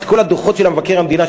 את כל הדוחות של מבקר המדינה,